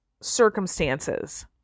circumstances